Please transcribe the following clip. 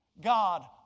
God